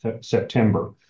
September